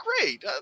great